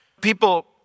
People